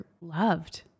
loved